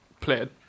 played